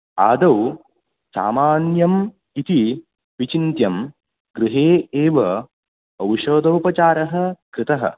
आदौ सामान्यम् इति विचिन्त्यं गृहे एव औषदोपचारः कृतः